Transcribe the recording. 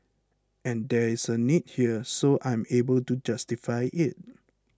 and there is a need here so I'm able to justify it